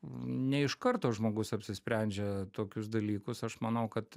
ne iš karto žmogus apsisprendžia tokius dalykus aš manau kad